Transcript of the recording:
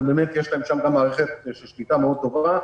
ובאמת יש להם שם מערכת שליטה מאוד טובה,